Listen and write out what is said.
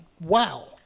wow